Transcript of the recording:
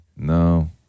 No